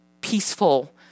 peaceful